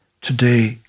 Today